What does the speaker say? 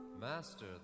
Master